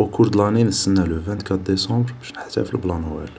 او كور دو لاني نستنا لو فانت كات ديسمبر باش نحتفل ب لانوال